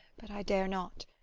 but i dare not.